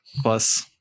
plus